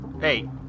Hey